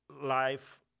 life